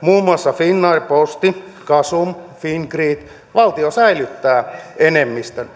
muun muassa finnair posti gasum fingrid valtio säilyttää enemmistön